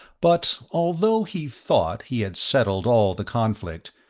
but although he thought he had settled all the conflict,